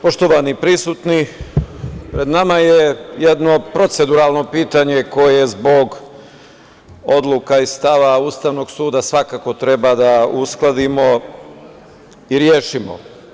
Poštovani prisutni, pred nama je jedno proceduralno pitanje koje zbog odluka iz stava Ustavnog suda svakako treba da uskladimo i rešimo.